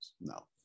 No